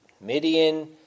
Midian